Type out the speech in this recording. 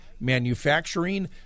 manufacturing